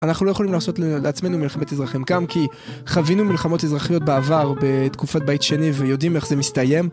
אנחנו לא יכולים לעשות לעצמנו מלחמת אזרחים גם כי חווינו מלחמות אזרחיות בעבר בתקופת בית שני ויודעים איך זה מסתיים,